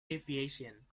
deviation